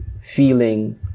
feeling